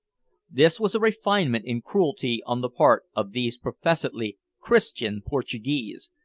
this was a refinement in cruelty on the part of these professedly christian portuguese,